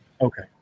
Okay